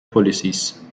policies